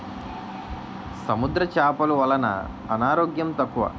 సముద్ర చేపలు వలన అనారోగ్యం తక్కువ